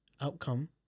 Outcome